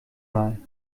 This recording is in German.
mal